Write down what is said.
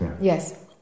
Yes